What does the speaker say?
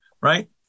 right